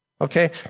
Okay